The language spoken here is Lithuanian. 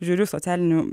žiūriu socialinių